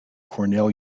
cornell